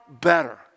better